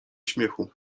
śmiechu